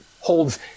holds